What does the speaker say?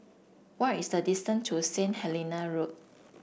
what is the distance to Saint Helena Road